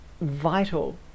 Vital